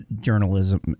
journalism